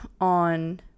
on